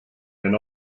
and